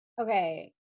Okay